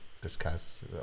discuss